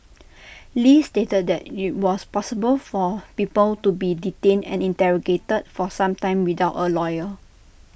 li stated that IT was possible for people to be detained and interrogated for some time without A lawyer